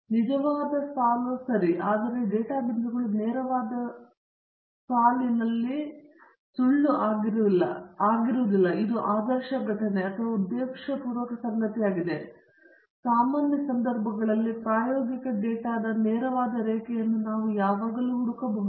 ಇದು ನಿಜವಾದ ಸಾಲಿನ ಸರಿ ಆದರೆ ಡೇಟಾ ಬಿಂದುಗಳು ನೇರವಾದ ಸಾಲಿನಲ್ಲಿ ಸುಳ್ಳುಹೊಂದಿಲ್ಲ ಅದು ಆದರ್ಶ ಘಟನೆ ಅಥವಾ ಉದ್ದೇಶಪೂರ್ವಕ ಸಂಗತಿಯಾಗಿದೆ ಆದರೆ ಸಾಮಾನ್ಯ ಸಂದರ್ಭಗಳಲ್ಲಿ ಪ್ರಾಯೋಗಿಕ ಡೇಟಾದ ನೇರವಾದ ರೇಖೆಯನ್ನು ನಾವು ಯಾವಾಗಲೂ ಹುಡುಕಬಹುದು